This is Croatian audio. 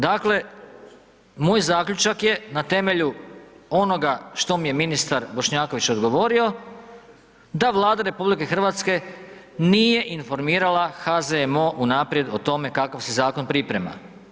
Dakle, moj zaključak je na temelju onoga što mi je ministar Bošnjaković odgovorio, da Vlada RH nije informirala HZMO unaprijed o tome kakav se zakon priprema.